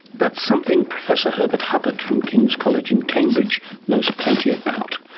that's something professor herbert huppert from king's college in cambridge knows plenty about.